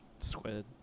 Squid